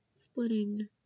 splitting